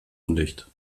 undicht